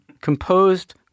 composed